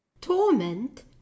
Torment